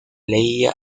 leía